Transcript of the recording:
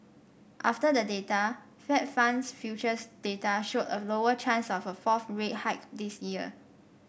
after the data Fed funds futures data showed a lower chance of a fourth rate hike this year